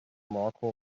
marco